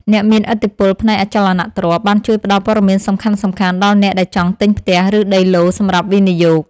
អ្នកមានឥទ្ធិពលផ្នែកអចលនទ្រព្យបានជួយផ្ដល់ព័ត៌មានសំខាន់ៗដល់អ្នកដែលចង់ទិញផ្ទះឬដីឡូតិ៍សម្រាប់វិនិយោគ។